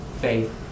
faith